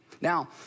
Now